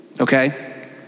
Okay